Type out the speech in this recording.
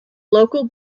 local